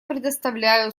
предоставляю